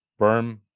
berm